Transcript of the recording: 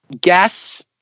guess